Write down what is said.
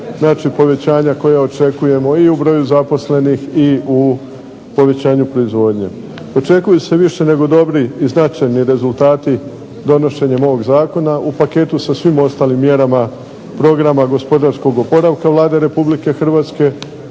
znači povećanja koja očekujemo i u broju zaposlenih i u povećanju proizvodnje. Očekuju se više nego dobri i značajni rezultati donošenjem ovog zakona u paketu sa svim ostalim mjerama Programa gospodarskog oporavka Vlade RH u paketu